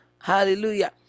hallelujah